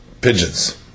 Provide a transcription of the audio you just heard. pigeons